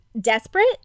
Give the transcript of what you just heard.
desperate